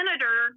senator